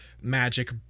magic